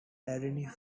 arianism